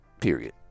Period